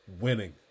winning